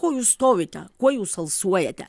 ko jūs stovite kuo jūs alsuojate